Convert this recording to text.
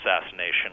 assassination